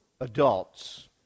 adults